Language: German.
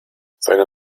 seine